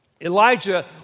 Elijah